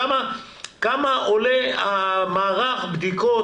כמה עולה מערך הבדיקות,